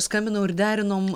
skambinau ir derinom